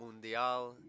Mundial